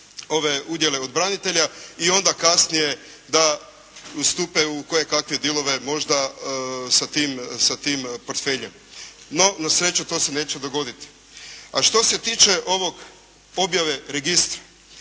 udjele od branitelja i onda kasnije da ustupe u kojekakve dijelove možda sa tim portfeljem. No na sreću to se neće dogoditi. A što se tiče ovog objave registra.